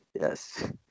Yes